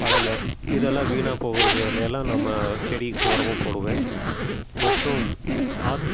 பழங்கள் இதெல்லாம் வீணாக போகிறதுல எல்லாம் நம்ம செடிக்கு உரமா போடுவேன் மற்றும் ஆத்